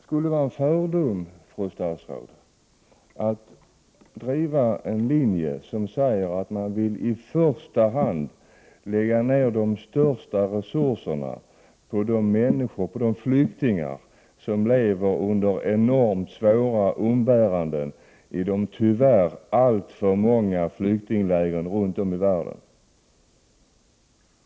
Skulle det vara att spela på fördomar, fru statsråd, att driva en linje där man i första hand vill lägga ned de största resurserna på de flyktingar som lever under enormt svåra umbäranden i de tyvärr alltför många flyktinglägren runt om i världen?